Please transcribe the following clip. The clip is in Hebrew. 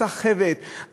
הסחבת,